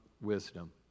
wisdom